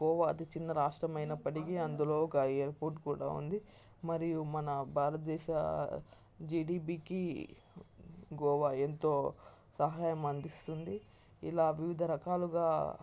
గోవా అతి చిన్న రాష్ట్రం అయినప్పటికీ అందులో ఒక ఏయిర్పోర్ట్ కూడా ఉంది మరియు మన భారతదేశ జిడిపికి గోవా ఎంతో సహాయం అందిస్తుంది ఇలా వివిధ రకాలుగా